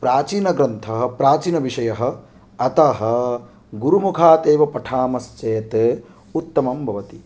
प्राचीनग्रन्थः प्राचीनविषयः अतः गुरुमुखात् एव पठामश्चेत् उत्तमं भवति